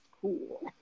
cool